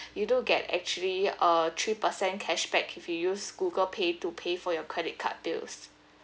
you do get actually uh three percent cashback if you use Google Pay to pay for your credit card bills